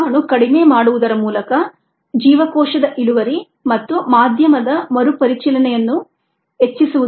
ಜೀವಾಣು ಕಡಿಮೆ ಮಾಡುವುದರ ಮೂಲಕ ಜೀವಕೋಶದ ಇಳುವರಿ ಮತ್ತು ಮಾಧ್ಯಮದ ಮರು ಪರಿಚಲನೆ ಯನ್ನು ಹೆಚ್ಚಿಸುವುದು ಇದರ ಉದ್ದೇಶವಾಗಿದೆ